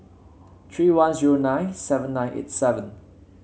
three one zero nine seven nine eight seven